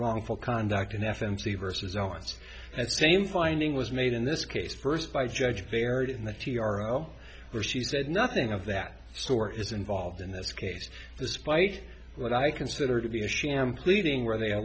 wrongful conduct an f m c versus owens and same finding was made in this case first by judge barrett in the t r o where she said nothing of that store is involved in this case despite what i consider to be a sham pleading where they a